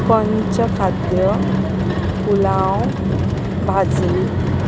पंचखाद्य पुलाव भाजी